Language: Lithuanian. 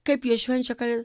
kaip jie švenčia ką jie